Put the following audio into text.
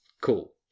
Cool